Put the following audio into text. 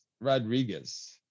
Rodriguez